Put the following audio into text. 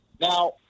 Now